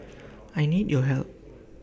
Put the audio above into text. I need your help